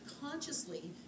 consciously